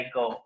go